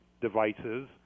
devices